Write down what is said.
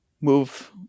move